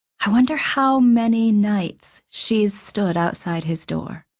i wonder how many nights she's stood outside his door.